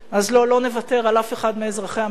לא נוותר על אף אחד מאזרחי המדינה הזאת,